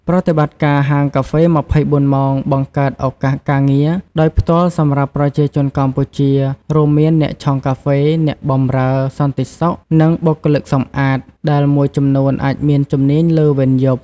ប្រតិបត្តិការហាងកាហ្វេ ២៤ ម៉ោង បង្កើត ឱកាសការងារ ដោយផ្ទាល់សម្រាប់ប្រជាជនកម្ពុជា រួមមាន អ្នកឆុងកាហ្វេ អ្នកបម្រើ សន្តិសុខ និងបុគ្គលិកសម្អាត ដែលមួយចំនួនអាចមានជំនាញលើវេនយប់។